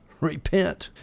repent